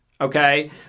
Okay